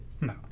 No